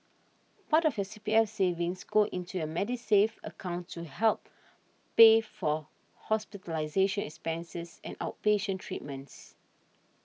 part of your C P S savings go into your Medisave account to help pay for hospitalization expenses and outpatient treatments